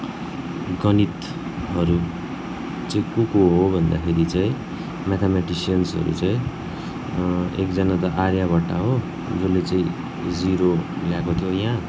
गणितहरू चाहिँ को को हो भन्दाखेरि चाहिँ म्याथम्याटिसेन्सहरू चाहिँ एकजना त आर्य भट्ट हो जसले चाहिँ जिरो ल्याएको थियो यहाँ